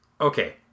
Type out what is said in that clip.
Okay